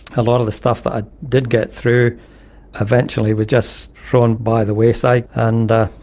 a lot of the stuff that i did get through eventually was just thrown by the wayside, and